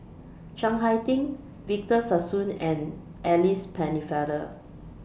Chiang Hai Ding Victor Sassoon and Alice Pennefather